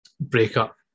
breakup